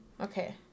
okay